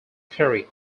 period